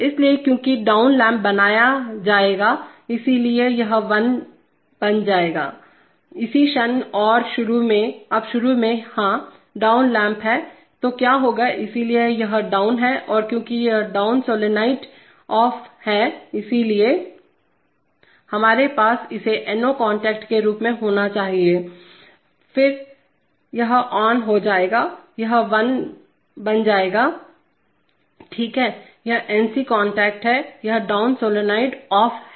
इसलिए क्योंकि down lamp बनाया जाएगा इसलिए यह बन जाएगा इसी क्षण और शुरू में अब शुरू में हाँ डाउन लैंप है तो क्या होगा इसलिए यह डाउन है और क्योंकि डाउन सॉलोनॉइड ऑफ है इसलिए हमारे पास इसे NO कॉन्टैक्ट के रूप में होना चाहिए इसलिए फिर यह ऑन हो जाएगा यह बन जाएगाठीक हैयह एक NC कांटेक्ट हैयह डाउन सोलेनाइड ऑफ है